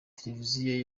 televiziyo